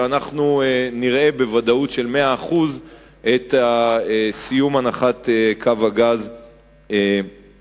ואנחנו נראה בוודאות של מאה אחוז את סיום הנחת קו הגז לחיפה.